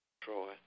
Troy